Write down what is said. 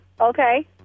okay